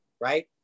right